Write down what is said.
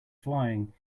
flying